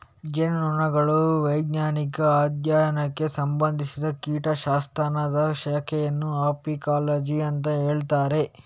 ಜೇನುನೊಣಗಳ ವೈಜ್ಞಾನಿಕ ಅಧ್ಯಯನಕ್ಕೆ ಸಂಬಂಧಿಸಿದ ಕೀಟ ಶಾಸ್ತ್ರದ ಶಾಖೆಯನ್ನ ಅಪಿಕಾಲಜಿ ಅಂತ ಹೇಳ್ತಾರೆ